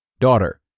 Daughter